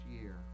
year